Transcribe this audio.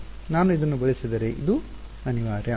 ನಾನು ಇದನ್ನು ಬಳಸಿದರೆ ಇದು ಅನಿವಾರ್ಯ